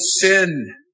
sin